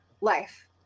life